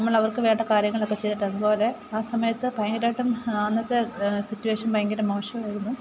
നമ്മളവർക്കു വേണ്ട കാര്യങ്ങളൊക്കെ ചെയ്തിട്ട് അതുപോലെ ആ സമയത്ത് ഭയങ്കരമായിട്ടും ആ അന്നത്തെ സിറ്റുവേഷൻ ഭയങ്കര മോശമായിരുന്നു